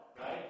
right